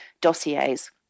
dossiers